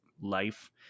life